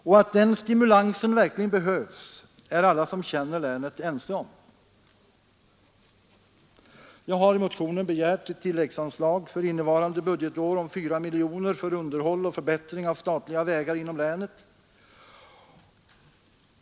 Och att den stimulansen verkligen behövs är alla som känner länet ense om. Jag har i motionen begärt ett tilläggsanslag för innevarande budgetår om 4 miljoner kronor för underhåll och förbättring av statliga vägar inom länet.